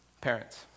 Parents